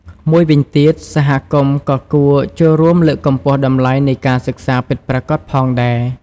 មួយវិញទៀតសហគមន៍ក៏គួរចូលរួមលើកកម្ពស់តម្លៃនៃការសិក្សាពិតប្រាកដផងដែរ។